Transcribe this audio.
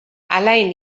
alain